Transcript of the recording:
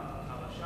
חרשה,